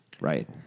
right